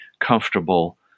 comfortable